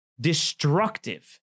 destructive